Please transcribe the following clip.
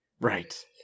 Right